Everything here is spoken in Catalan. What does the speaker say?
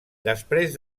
després